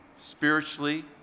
Spiritually